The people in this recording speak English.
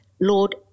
Lord